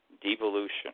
devolution